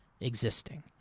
existing